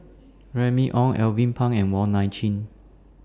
Remy Ong Alvin Pang and Wong Nai Chin